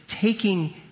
taking